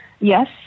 yes